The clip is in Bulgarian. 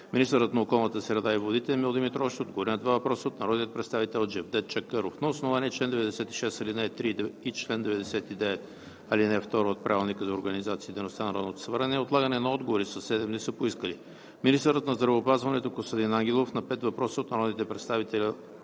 Министърът на околната среда и водите Емил Димитров ще отговори на два въпроса от народния представител Джевдет Чакъров. На основание чл. 96, ал. 3 и чл. 99, ал. 2 от Правилника за организацията и дейността на Народното събрание отлагане на отговори със седем дни са поискали: - министърът на здравеопазването Костадин Ангелов – на пет въпроса от народните представители